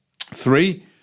Three